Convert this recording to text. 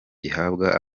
gihabwa